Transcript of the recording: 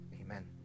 amen